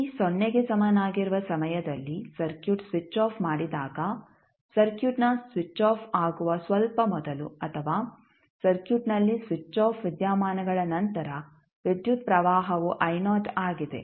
t ಸೊನ್ನೆಗೆ ಸಮನಾಗಿರುವ ಸಮಯದಲ್ಲಿ ಸರ್ಕ್ಯೂಟ್ ಸ್ವಿಚ್ ಆಫ್ ಮಾಡಿದಾಗ ಸರ್ಕ್ಯೂಟ್ನ ಸ್ವಿಚ್ ಆಫ್ ಆಗುವ ಸ್ವಲ್ಪ ಮೊದಲು ಅಥವಾ ಸರ್ಕ್ಯೂಟ್ನಲ್ಲಿ ಸ್ವಿಚ್ ಆಫ್ ವಿದ್ಯಮಾನಗಳ ನಂತರ ವಿದ್ಯುತ್ ಪ್ರವಾಹವು ಆಗಿದೆ